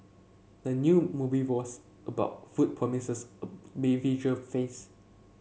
the new movie was about food promises me visual feast